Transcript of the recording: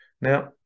Now